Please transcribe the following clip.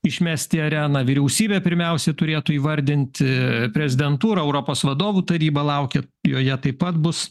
išmest į areną vyriausybė pirmiausia turėtų įvardint prezidentūra europos vadovų taryba laukia joje taip pat bus